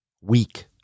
weak